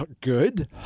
Good